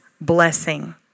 blessing